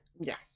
Yes